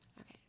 Okay